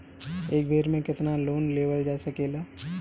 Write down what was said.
एक बेर में केतना लोन लेवल जा सकेला?